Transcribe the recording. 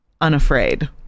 unafraid